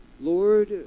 Lord